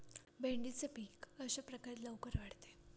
भेंडीचे पीक कशाप्रकारे लवकर वाढते?